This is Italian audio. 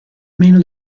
meno